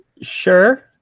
Sure